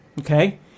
okay